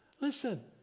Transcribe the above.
Listen